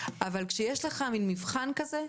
אבל כשיש לך מין מבחן כזה,